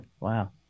Wow